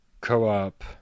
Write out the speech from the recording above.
Co-op